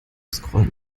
scrollen